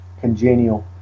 congenial